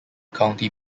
county